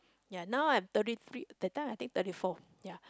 ya I now thirty three that time I think thirty four ya